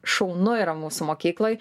šaunu yra mūsų mokykloj